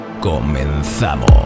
Comenzamos